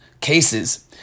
cases